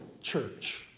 church